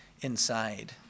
inside